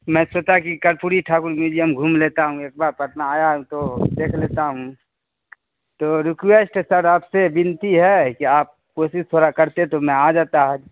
میں سوچا کہ کرپوری ٹھاکر میوجیم گھوم لیتا ہوں ایک بار پٹنہ آیا ہوں تو دیکھ لیتا ہوں تو ریکویسٹ ہے سر آپ سے بنتی ہے کہ آپ کوشش تھوڑا کرتے تو میں آ جاتا آج